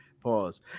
Pause